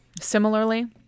similarly